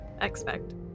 expect